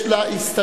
יש לה הסתייגויות.